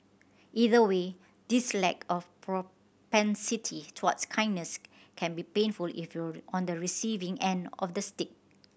either way this lack of propensity towards kindness can be painful if you're on the receiving end of the stick